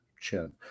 chin